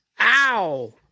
Ow